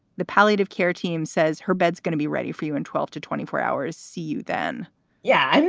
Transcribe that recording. the palliative care team says her bed's gonna be ready for you in twelve to twenty four hours. see you then yeah,